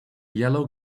yellow